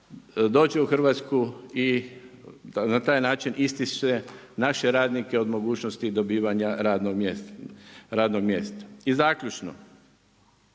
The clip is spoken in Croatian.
dođe u Hrvatsku i na taj način istišće naše radnike od mogućnosti dobivanja radnog mjesta. I zaključno.